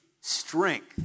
strength